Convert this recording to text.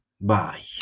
Bye